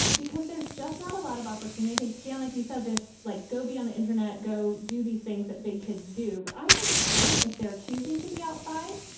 because there's just not a lot of opportunity, i think. dan, like you said, this like goby on the internet. go do these things that big kids do. but i think it's great if they're choosing to be outside.